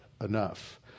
enough